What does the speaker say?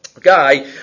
guy